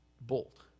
bolt